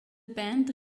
band